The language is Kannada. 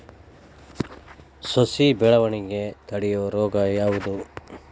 ಸಸಿ ಬೆಳವಣಿಗೆ ತಡೆಯೋ ರೋಗ ಯಾವುದು?